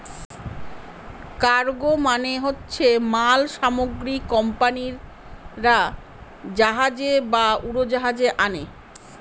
cargo মানে হচ্ছে মাল সামগ্রী কোম্পানিরা জাহাজে বা উড়োজাহাজে আনে